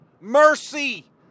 mercy